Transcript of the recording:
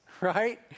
right